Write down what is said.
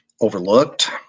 overlooked